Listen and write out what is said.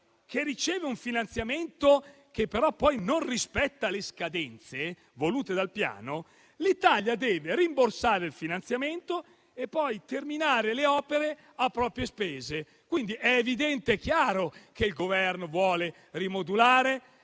che riceve un finanziamento che però poi non rispetta le scadenze volute dal Piano, l'Italia deve rimborsare il finanziamento e poi terminare le opere a proprie spese. È quindi evidente e chiaro che il Governo vuole rimodulare,